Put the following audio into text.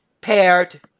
Paired